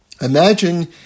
Imagine